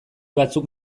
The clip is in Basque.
batzuk